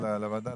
60ב,